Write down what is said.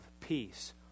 peace